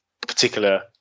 particular